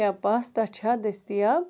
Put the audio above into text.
کیٛاہ پاستا چھا دٔستیاب